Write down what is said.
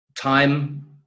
time